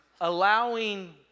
allowing